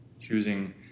choosing